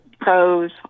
pros